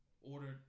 ordered